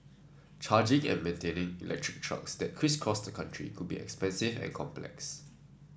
charging and maintaining electric trucks that crisscross the country could be expensive and complex